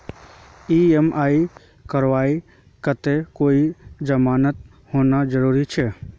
EMI करवार केते कोई जमानत होना जरूरी छे?